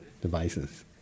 devices